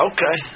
Okay